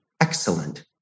excellent